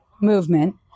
movement